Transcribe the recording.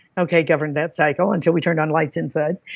okay, governed that cycle until we turned on lights inside,